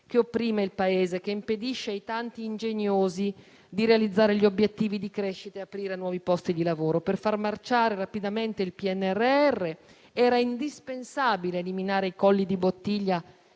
che opprime il Paese, che impedisce ai tanti ingegnosi di realizzare gli obiettivi di crescita e creare nuovi posti di lavoro. Per far marciare rapidamente il PNRR era indispensabile eliminare i colli di bottiglia